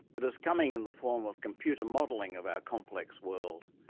it is coming in the form of computer modeling of our complex world,